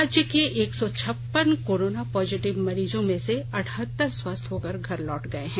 राज्य के एक सौ छप्पन कोरोना पॉजिटिव मरीजों में से अठहत्तर स्वस्थ होकर घर लौट गए हैं